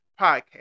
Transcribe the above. podcast